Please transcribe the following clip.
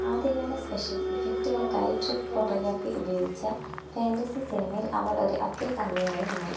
ആദ്യകാല സ്പെഷ്യൽ ഇഫക്റ്റുകൾക്കായി trick photography ഉപയോഗിച്ച ഫാൻ്റസി സിനിമയിൽ അവര് ഒരു അഗ്രഗാമിയായി മാറി